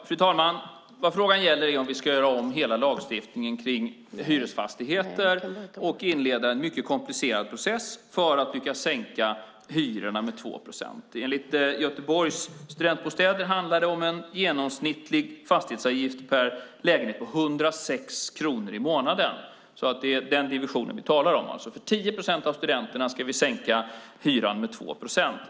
Fru talman! Vad frågan gäller är om vi ska göra om hela lagstiftningen kring hyresfastigheter och inleda en mycket komplicerad process för att lyckas sänka hyrorna med 2 procent. Enligt Göteborgs Studentbostäder handlar det om en genomsnittlig fastighetsavgift per lägenhet på 106 kronor i månaden. Det är den divisionen vi talar om. För 10 procent av studenterna ska vi sänka hyran med 2 procent.